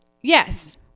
yes